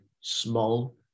small